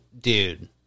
Dude